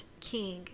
king